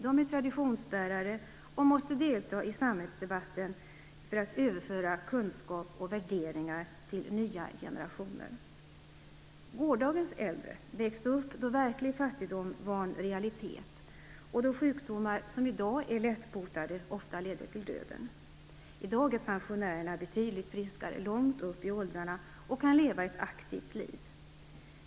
De är traditionsbärare och måste delta i samhällsdebatten för att överföra kunskap och värderingar till nya generationer. Gårdagens äldre växte upp då verklig fattigdom var en realitet och då sjukdomar som i dag är lättbotade ofta ledde till döden. I dag är pensionärerna betydligt friskare långt upp i åldrarna och kan leva ett aktivt liv.